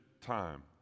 time